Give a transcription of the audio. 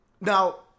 now